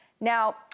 Now